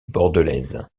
bordelaise